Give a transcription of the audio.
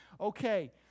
Okay